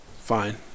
Fine